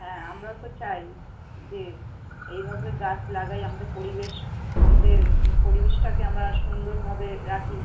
হ্যাঁ আমরাও তো চাই যে এইভাবে গাছ লাগাই আমাদের পরিবেশ আমাদের পরিবেশটাকে আমরা সুন্দরভাবে রাখি